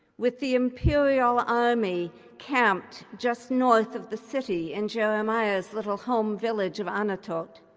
with the imperial army camped just north of the city in jeremiah's little home village of anathoth